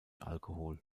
alkohol